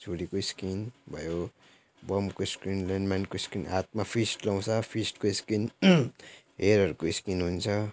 छुरीको स्किन भयो बमको स्क्रिन ल्यान्ड माइनको स्किन हातमा फिस्ट लगाउँछ फिस्टको स्किन एरहरूको स्किन हुन्छ